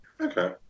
okay